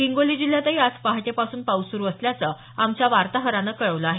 हिंगोली जिल्ह्यातही आज पहाटेपासून पाऊस सुरु असल्याचं आमच्या वार्ताहरानं कळवलं आहे